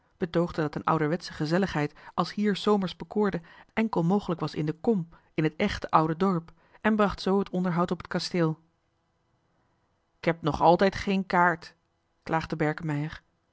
betoogde dat een ouderwetsche gezelligheid als hier s zomers bekoorde enkel mogelijk was in de kom in het echte oude dorp en bracht zoo het onderhoud op het kasteel k heb nog altijd geen kaart klaagde berkemeier